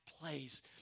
place